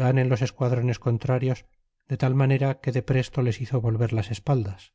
dan en los esquadrones contrarios de tal manera que depresto les hizo volver las espaldas